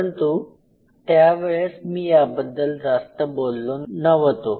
परंतु त्यावेळेस मी याबद्दल जास्त बोललो नव्हतो